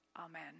Amen